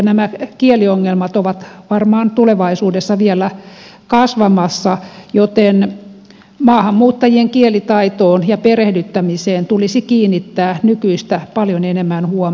nämä kieliongelmat ovat varmaan tulevaisuudessa vielä kasvamassa joten maahanmuuttajien kielitaitoon ja perehdyttämiseen tulisi kiinnittää nykyistä paljon enemmän huomiota